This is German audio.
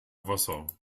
wasser